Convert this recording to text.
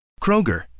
Kroger